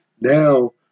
Now